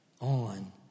on